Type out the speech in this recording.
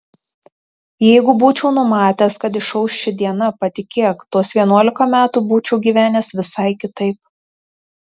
jeigu būčiau numatęs kad išauš ši diena patikėk tuos vienuolika metų būčiau gyvenęs visai kitaip